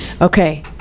Okay